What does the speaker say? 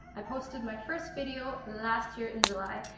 i posted my first video last year in july,